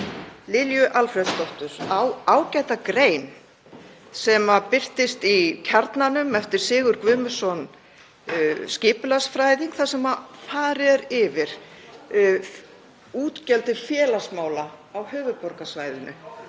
Lilju Alfreðsdóttur á ágæta grein sem birtist í Kjarnanum eftir Sigurð Guðmundsson skipulagsfræðing þar sem farið er yfir útgjöld til félagsmála á höfuðborgarsvæðinu.